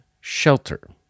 Shelter